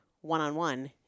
one-on-one